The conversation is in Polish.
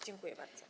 Dziękuję bardzo.